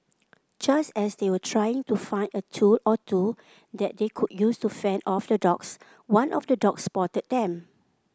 just as they were trying to find a tool or two that they could use to fend off the dogs one of the dogs spotted them